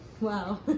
Wow